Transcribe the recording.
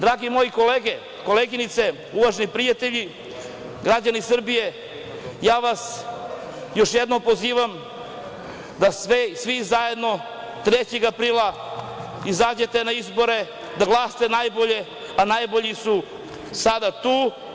Drage moje kolege i koleginice, uvaženi prijatelji, građani Srbije, ja vas još jednom pozivam da svi zajedno, 3. aprila izađemo na izbore, da glasamo najbolje, a najbolji su sada tu.